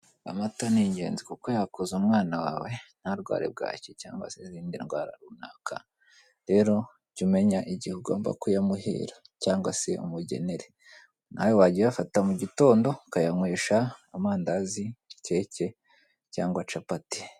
Amata ni ingenzi kuko yakuza umwana wawe ntarware bwaki, cyangwa se izindi ndwara runaka. Rero jya umenya igihe ugomba kuyamuhera cyangwa se umugenere. Nawe wajya uyafata mugitondo ukayanywesha amandazi, keke cyangwa capati.